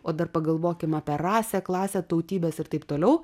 o dar pagalvokim apie rasę klasę tautybes ir taip toliau